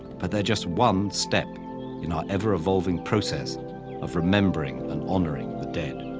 but they're just one step in our ever-evolving process of remembering and honoring the dead.